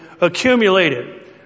accumulated